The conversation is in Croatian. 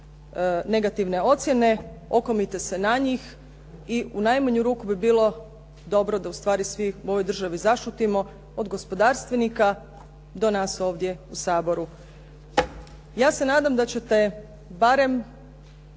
negativne ocjene, okomite se na njih i u najmanju ruku bi bilo dobro da ustvari svi u ovoj državi zašutimo, od gospodarstvenika do nas ovdje u Saboru. Ja se nadam da ćete barem